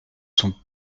sont